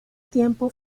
tiempo